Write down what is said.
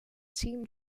team